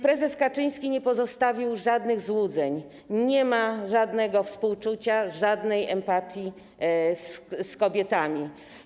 Prezes Kaczyński nie pozostawił żadnych złudzeń, nie ma żadnego współczucia, żadnej empatii dla kobiet.